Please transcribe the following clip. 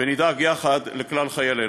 ונדאג יחד לכלל חיילינו.